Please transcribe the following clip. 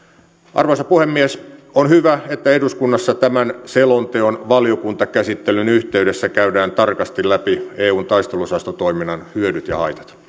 arvoisa puhemies on hyvä että eduskunnassa tämän selonteon valiokuntakäsittelyn yhteydessä käydään tarkasti läpi eun taisteluosastotoiminnan hyödyt ja